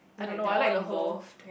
and like they're all involved